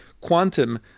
quantum